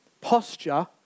posture